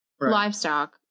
livestock